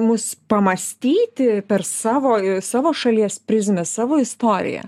mus pamąstyti per savo ir savo šalies prizmę savo istoriją